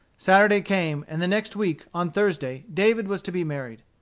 saturday came, and the next week, on thursday, david was to be married.